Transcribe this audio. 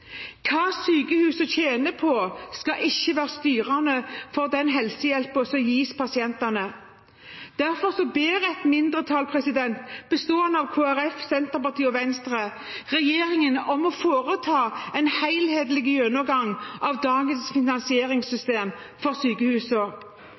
Hva sykehuset tjener på, skal ikke være styrende for den helsehjelpen som gis pasientene. Derfor ber et mindretall bestående av Kristelig Folkeparti, Senterpartiet og Venstre regjeringen om å foreta en helhetlig gjennomgang av dagens